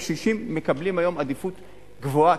הקשישים מקבלים היום עדיפות גבוהה,